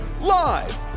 live